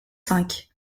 cinq